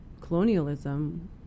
colonialism